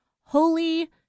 holy